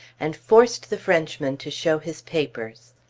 and forced the frenchman to show his papers.